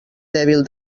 dèbil